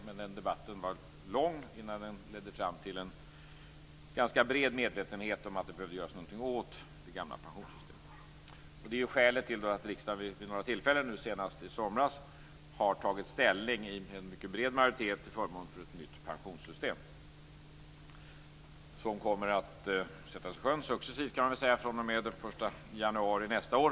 Men debatten var lång innan den ledde fram till en ganska bred medvetenhet om att det behövde göras någonting åt det gamla pensionssystemet. Det är skälet till att riksdagen vid några tillfällen, nu senast i somras, har tagit ställning i en mycket bred majoritet till förmån för ett nytt pensionssystem. Det kommer att sättas i sjön successivt fr.o.m. den 1 januari nästa år.